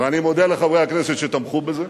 ואני מודה לחברי הכנסת שתמכו בזה,